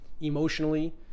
emotionally